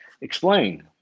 Explain